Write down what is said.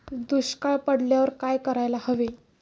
दुष्काळ पडल्यावर काय करायला हवे?